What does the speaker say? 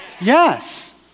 Yes